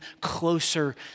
closer